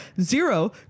Zero